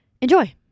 Enjoy